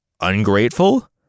ungrateful